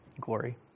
Glory